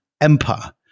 Empire